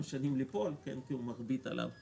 שנים ליפול כי הוא מכביד עליו הנדסית.